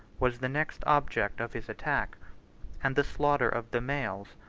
was the next object of his attack and the slaughter of the males,